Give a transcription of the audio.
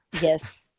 Yes